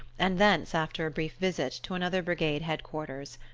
and thence, after a brief visit, to another brigade head-quarters.